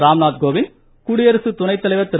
ராம்நாத் கோவிந்த் குடியரசுத் துணை தலைவர் திரு